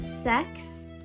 sex